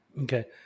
Okay